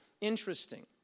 Interesting